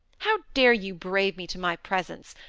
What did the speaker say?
how dare you brave me to my presence?